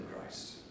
Christ